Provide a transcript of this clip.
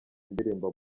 indirimbo